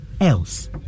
else